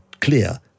clear